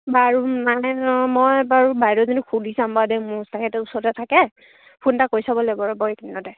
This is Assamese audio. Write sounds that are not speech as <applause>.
বাৰু মানে মই বাৰু বাইদেউজনীক সুধি চাম বাৰু দেই মোৰ <unintelligible> ওচৰতে থাকে ফোন এটা কৰি চাব লাগিব ৰ'ব এইকেইদিনতে